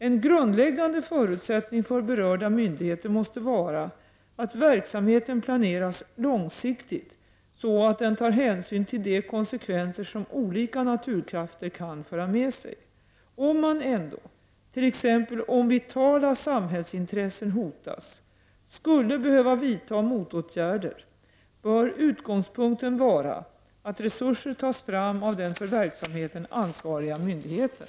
En grundläggande förutsättning för berörda myndigheter måste vara att verksamheten planeras långsiktigt, så att den tar hänsyn till de konsekvenser som olika naturkrafter kan föra med sig. Om man ändå t.ex. om vitala samhällsintressen hotas — skulle behöva vidta motåtgärder bör utgångspunkten vara att resurser tas fram av den för verksamheten ansvariga myndigheten.